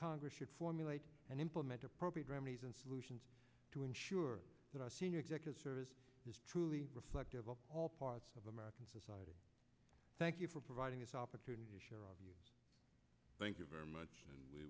congress should formulate an implementor appropriate grammys and solutions to ensure that our senior executives service is truly reflective of all parts of american society thank you for providing this opportunity to share all of you thank you very much and we